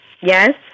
Yes